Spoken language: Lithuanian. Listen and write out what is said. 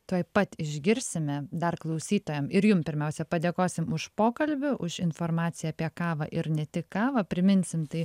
tuoj pat išgirsime dar klausytojam ir jum pirmiausia padėkosim už pokalbį už informaciją apie kavą ir ne tik kavą priminsim tai